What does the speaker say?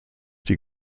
die